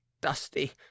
dusty